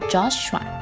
Joshua